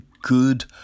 good